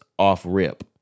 off-rip